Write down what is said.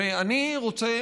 ואני רוצה,